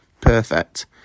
Perfect